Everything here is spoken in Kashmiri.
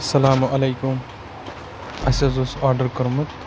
اَلسلامُ علَیکُم اَسہِ حظ اوس آڈَر کوٚرمُت